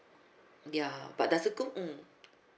ya but does the gold mm